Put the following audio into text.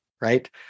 right